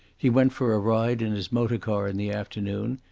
he went for a ride in his motor-car in the afternoon,